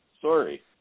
Sorry